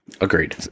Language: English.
agreed